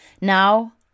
Now